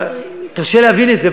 קשה להבין את זה,